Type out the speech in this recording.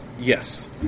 Yes